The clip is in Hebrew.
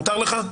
מותר לך?